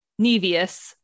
Nevious